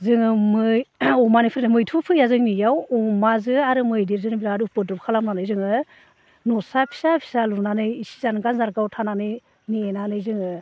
जोङो मै अमानिफोरजों मैथ' फैया जोंनि इयाव अमाजो आरो मैदेरजोनो बिराद उफुद्रुख खालामनानै जोङो न'सा फिसा फिसा लुनानै इसे जानगार जानगाराव थानानै नेनानै जोङो